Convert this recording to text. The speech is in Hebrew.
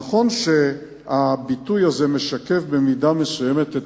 נכון שהביטוי הזה משקף בצורה מסוימת את